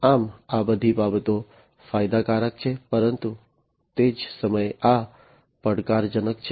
આમ આ બધી બાબતો ફાયદાકારક છે પરંતુ તે જ સમયે આ પડકારજનક છે